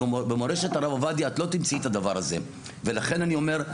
במורשת הרב עובדיה את לא תמצאי את הדבר הזה ולכן אני אומר,